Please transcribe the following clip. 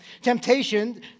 temptation